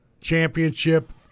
championship